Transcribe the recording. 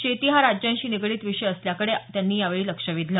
शेती हा राज्यांशी निगडित विषय असल्याकडे त्यांनी यावेळी लक्ष वेधलं